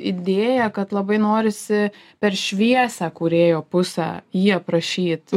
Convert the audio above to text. idėja kad labai norisi per šviesią kūrėjo pusę jį aprašyt